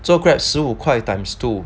做 Grab 十五块 times two